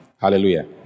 Hallelujah